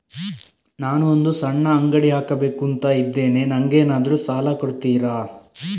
ನಾನು ಒಂದು ಸಣ್ಣ ಅಂಗಡಿ ಹಾಕಬೇಕುಂತ ಇದ್ದೇನೆ ನಂಗೇನಾದ್ರು ಸಾಲ ಕೊಡ್ತೀರಾ?